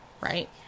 right